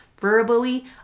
verbally